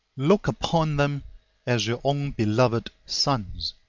look upon them as your own beloved sons,